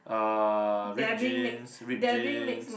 uh ripped jeans ripped jeans